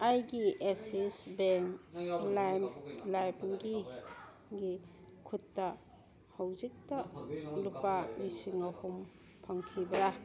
ꯑꯩꯒꯤ Axis bank ꯂꯥꯏꯝꯒꯤ ꯈꯨꯠꯇ ꯍꯧꯖꯤꯛꯇ ꯂꯨꯄꯥ ꯂꯤꯁꯤꯡ ꯑꯍꯨꯝ ꯐꯪꯈꯤꯕ꯭ꯔꯥ